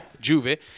Juve